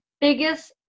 biggest